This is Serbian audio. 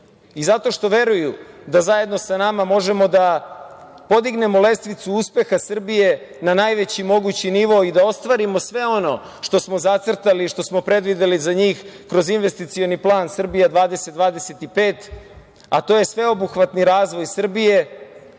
Zato što veruju da zajedno možemo da podignemo lestvicu uspeha Srbije na najveći mogući nivo i da ostvarimo sve ono što smo zacrtali i što smo predvideli za njih kroz Investicioni plan „Srbija 2025“, a to je sveobuhvatni razvoj Srbije